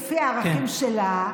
לפי הערכים שלה,